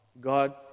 God